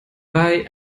bei